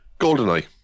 GoldenEye